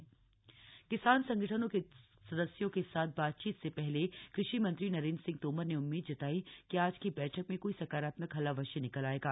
किसान सरकार वार्ता किसान संगठनों के सदस्यों के साथ बातचीत से पहले कृषि मंत्री नरेन्द्र सिंह तोमर ने उम्मीद जताई कि आज की बैठक में कोई सकारात्मक हल अवश्य निकल आयेगा